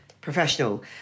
professional